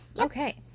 Okay